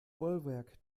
bollwerk